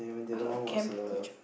I heard a camp teacher